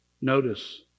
notice